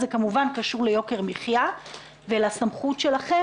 זה כמובן קשור ליוקר מחייה ולסמכות שלכם